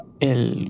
el